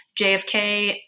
JFK